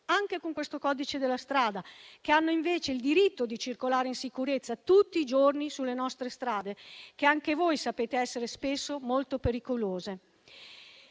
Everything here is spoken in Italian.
anche con questo codice della strada, e che hanno invece il diritto di circolare in sicurezza tutti i giorni sulle nostre strade che anche voi sapete essere spesso molto pericolose.